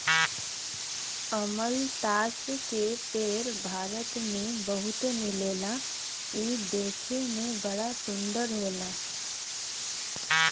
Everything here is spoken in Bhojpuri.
अमलतास के पेड़ भारत में बहुते मिलला इ देखे में बड़ा सुंदर होला